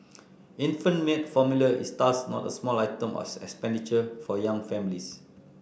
infant milk formula is thus not a small item of expenditure for young families